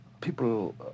people